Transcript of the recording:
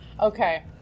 Okay